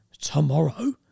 tomorrow